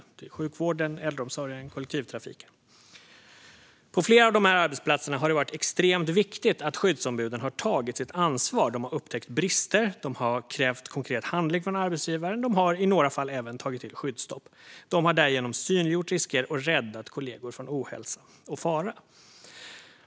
Det är sjukvården, äldreomsorgen och kollektivtrafiken. På flera av dessa arbetsplatser har det varit extremt viktigt att skyddsombuden har tagit sitt ansvar. De har upptäckt brister. De har krävt konkret handling av arbetsgivaren. De har i några fall även tagit till skyddsstopp. De har därigenom synliggjort risker och räddat kollegor från ohälsa och fara.